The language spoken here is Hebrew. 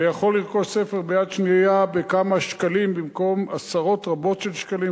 ויכול לרכוש ספר מיד שנייה בכמה שקלים במקום עשרות רבות של שקלים,